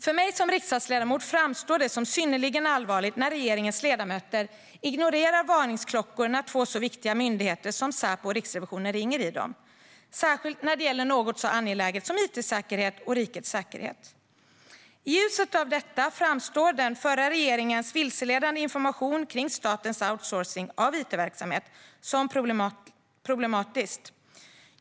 För mig som riksdagsledamot framstår det som synnerligen allvarligt när regeringens ledamöter ignorerar varningsklockor när två så viktiga myndigheter som Säkerhetspolisen och Riksrevisionen ringer i dem, särskilt när det gäller något så angeläget som it-säkerhet och rikets säkerhet. I ljuset av detta framstår den förra regeringens vilseledande information kring statens outsourcing av it-verksamhet som problematisk.